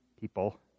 people